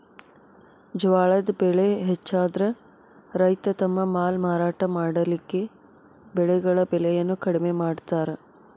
ಜ್ವಾಳದ್ ಬೆಳೆ ಹೆಚ್ಚಾದ್ರ ರೈತ ತಮ್ಮ ಮಾಲ್ ಮಾರಾಟ ಮಾಡಲಿಕ್ಕೆ ಬೆಳೆಗಳ ಬೆಲೆಯನ್ನು ಕಡಿಮೆ ಮಾಡತಾರ್